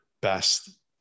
best